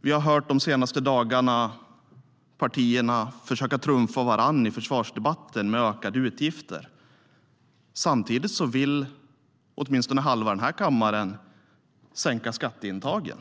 Vi har de senaste dagarna i försvarsdebatten hört partierna försöka övertrumfa varandra med ökade utgifter. Samtidigt vill åtminstone halva kammaren sänka skatteintagen.